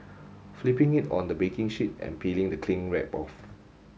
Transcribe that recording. flipping it on the baking sheet and peeling the cling wrap off